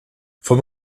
vom